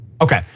Okay